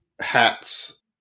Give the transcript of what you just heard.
hats